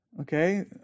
Okay